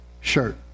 shirt